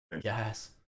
Yes